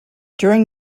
during